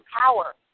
power